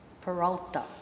Peralta